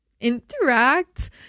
interact